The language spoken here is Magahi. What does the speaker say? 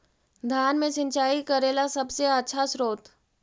धान मे सिंचाई करे ला सबसे आछा स्त्रोत्र?